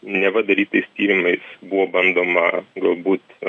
neva darytais tyrimais buvo bandoma galbūt